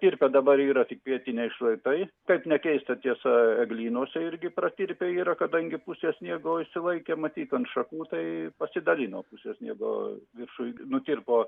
ir bet dabar yra tik pietiniai šlaitai kad ne keista tiesa eglynuose irgi pratirpę yra kadangi pusę sniego išsilaikę matyt ant šakų tai pasidalino pusę sniego viršuj nutirpo